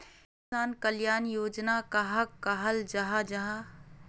किसान कल्याण योजना कहाक कहाल जाहा जाहा?